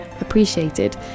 appreciated